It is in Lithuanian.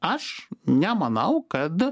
aš nemanau kad